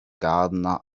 gardener